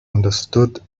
understood